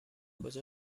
کجا